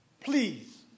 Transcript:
please